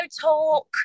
talk